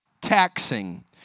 taxing